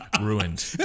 ruined